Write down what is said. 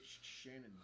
Shannon